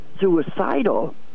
suicidal